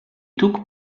took